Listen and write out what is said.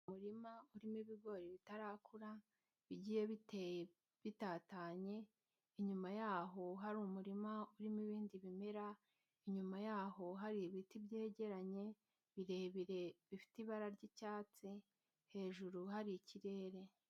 Mumurima urimo ibigori bitarakura bigiye biteye bitatanye, inyuma yaho hari umurima urimo ibindi bimera, inyuma yaho hari ibiti byegeranye birebire bifite ibara ry'icyatsi, hejuru hari ikirere.